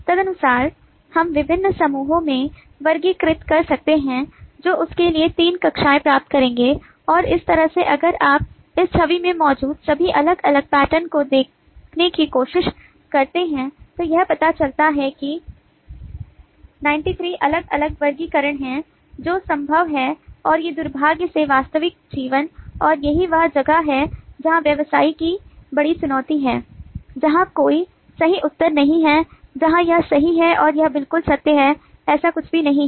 तदनुसार हम विभिन्न समूहों में वर्गीकृत कर सकते हैं जो उस के लिए तीन कक्षाएं प्राप्त करेंगे और इस तरह से अगर आप इस छवि में मौजूद सभी अलग अलग पैटर्न को देखने की कोशिश करते हैं तो यह पता चलता है कि 93 अलग अलग वर्गीकरण हैं जो संभव हैं और में दुर्भाग्य से वास्तविक जीवन और यही वह जगह है जहां व्यवसायी की बड़ी चुनौती है जहाँ कोई सही उत्तर नहीं है जहाँ यह सही है और यह बिल्कुल सत्य है ऐसा कुछ भी नहीं है